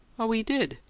oh, he did?